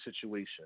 situation